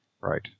right